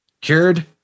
Cured